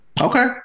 Okay